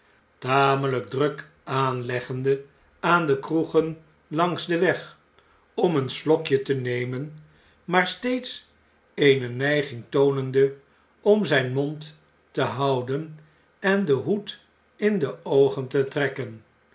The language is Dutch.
tamelijk druk aanleggende aan de kroegenlangs den weg om een slokje te nemen maar steeds eene neiging toonende om zgn mond te houden en den hoed in de oogen te trekken